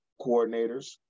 coordinators